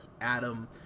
Adam